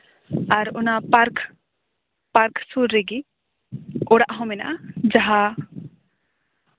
ᱟᱨ ᱚᱱᱟ park park ᱥᱩᱨ ᱨᱮᱜᱮ ᱚᱲᱟᱜ ᱦᱚᱸ ᱢᱮᱱᱟᱜᱼᱟ ᱡᱟᱦᱟᱸ